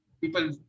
people